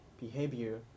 behavior